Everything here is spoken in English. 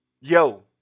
Yo